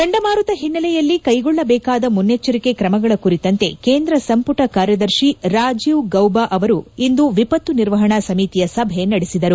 ಚಂಡಮಾರುತ ಹಿನ್ನೆಲೆಯಲ್ಲಿ ಕ್ಲೆಗೊಳ್ಳಬೇಕಾದ ಮುನ್ನೆಚ್ಚರಿಕೆ ್ರಮಗಳ ಕುರಿತಂತೆ ಕೇಂದ್ರ ಸಂಪುಟ ಕಾರ್ಯದರ್ಶಿ ರಾಜೀವ್ ಗೌಬ ಅವರು ಇಂದು ವಿಪತ್ತು ನಿರ್ವಹಣಾ ಸಮಿತಿಯ ಸಭೆ ನಡೆಸಿದರು